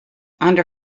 under